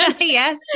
yes